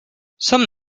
some